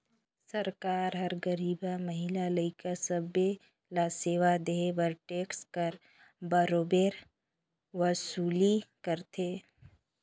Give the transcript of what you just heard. सरकार हर गरीबहा, महिला, लइका सब्बे ल सेवा देहे बर टेक्स कर बरोबेर वसूली करथे